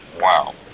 Wow